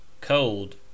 Cold